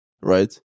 right